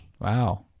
Wow